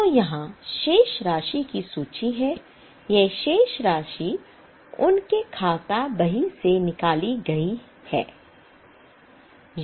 तो यहां शेष राशि की सूची है ये शेष राशि उनके खाता बही से निकाली गई होगी